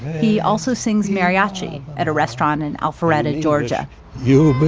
he also sings mariachi at a restaurant in alpharetta, georgia you